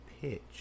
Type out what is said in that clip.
pitch